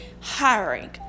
hiring